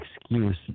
excuse